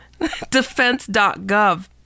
defense.gov